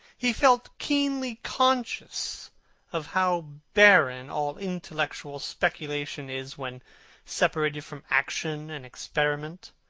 he felt keenly conscious of how barren all intellectual speculation is when separated from action and experiment.